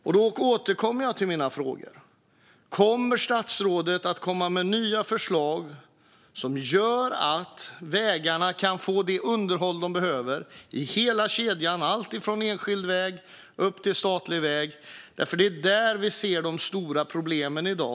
Jag återkommer till min fråga: Kommer statsrådet att komma med nya förslag som gör att vägarna kan få det underhåll de behöver i hela kedjan, alltifrån enskild väg till statliga väg? Det är där vi ser de stora problemen i dag.